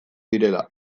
direla